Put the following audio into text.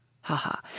Ha-ha